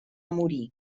morir